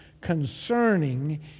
concerning